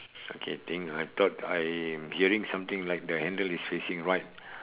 okay think I thought I am hearing something like the handle is facing right